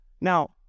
Now